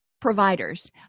providers